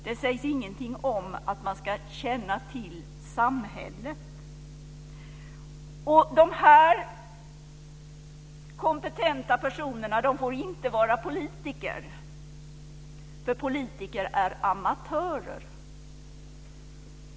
Det sägs ingenting om att man ska känna till samhället. De här kompetenta personerna får inte vara politiker, för politiker är amatörer.